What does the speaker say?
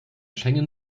schengen